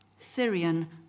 Syrian